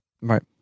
right